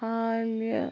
حالہِ